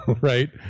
right